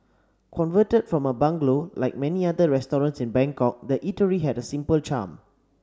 converted from a bungalow like many other restaurants in Bangkok the eatery had a simple charm